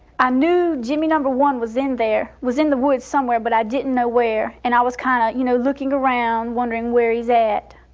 i knew jimmy number one was in there was in the woods somewhere, but i didn't know where. and i was kind of, you know, looking around, wondering where he's at.